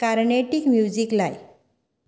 Carnatic music लाय